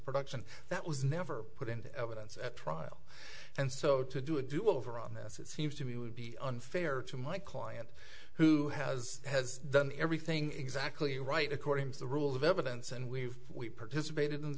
production that was never put into evidence at trial and so to do a do over on this it seems to me would be unfair to my client who has has done everything exactly right according to the rules of evidence and we've participated in